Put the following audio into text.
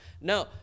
No